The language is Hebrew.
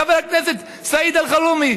חבר הכנסת סעיד אלחרומי,